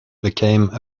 became